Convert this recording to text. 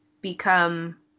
become